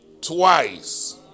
twice